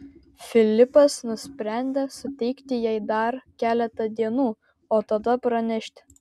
filipas nusprendė suteikti jai dar keletą dienų o tada pranešti